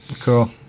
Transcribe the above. Cool